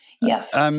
Yes